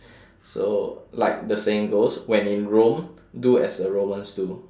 so like the saying goes when in rome do as the romans do